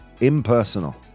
Impersonal